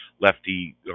Lefty